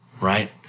Right